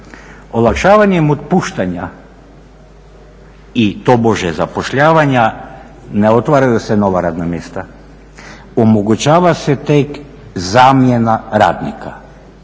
Olakšavanjem otpuštanja i tobože zapošljavanja ne otvaraju se nova radna mjesta omogućava se tek zamjena radnika.